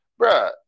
bruh